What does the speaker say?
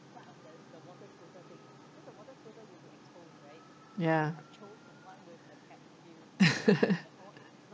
ya